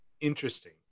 interesting